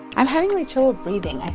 i'm having, like, trouble breathing.